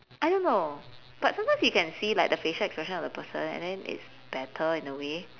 I don't know but sometimes you can see the facial expression of the person and then it's better in a way